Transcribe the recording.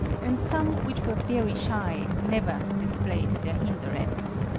and some which were very shy never displayed their hinder ends.